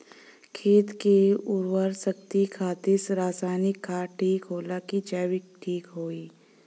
खेत के उरवरा शक्ति खातिर रसायानिक खाद ठीक होला कि जैविक़ ठीक होई?